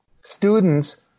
students